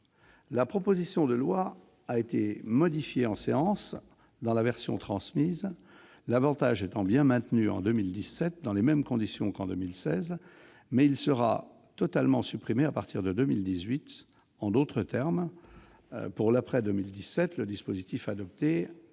La proposition de loi a été modifiée en séance : dans la version transmise, l'avantage est bien maintenu en 2017 dans les mêmes conditions qu'en 2016, mais il sera totalement supprimé à partir de 2018. En d'autres termes, pour l'après-2017, le dispositif retenu